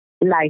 life